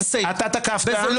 קשקשנית.